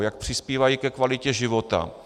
Jak přispívají ke kvalitě života.